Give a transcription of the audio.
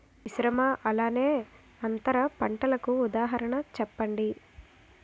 మిశ్రమ అలానే అంతర పంటలకు ఉదాహరణ చెప్పండి?